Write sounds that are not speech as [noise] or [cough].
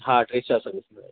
हाँ [unintelligible] चार सौ बीस में